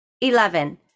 Eleven